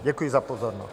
Děkuji za pozornost.